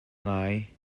ngai